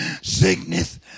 sickness